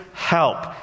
help